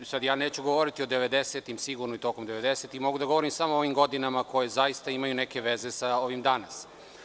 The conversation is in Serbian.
Ja neću govoriti o 90-im i posle toga, mogu da govorim samo o ovim godinama koje zaista imaju neke veze sa ovim danas.